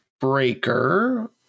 Breaker